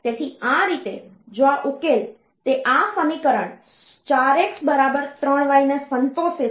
તેથી આ રીતે જો આ ઉકેલ તે આ સમીકરણ 4x બરાબર 3y ને સંતોષે છે